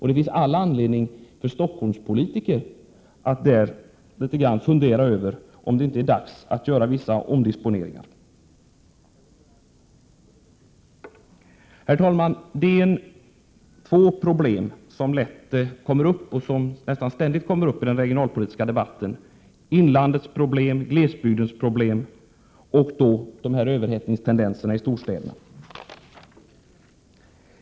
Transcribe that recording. Det finns all anledning för Stockholmspolitiker att litet grand fundera över om det inte är dags att göra vissa omdisponeringar. Herr talman! Det finns två problem som lätt uppkommer och som nästan ständigt dyker upp i den regionalpolitiska debatten: inlandets, glesbygdens problem och överhettningstendenserna i storstäderna.